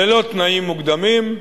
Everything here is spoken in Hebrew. ללא תנאים מוקדמים,